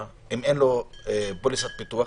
אם אין לו פוליסת ביטוח